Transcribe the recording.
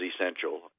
essential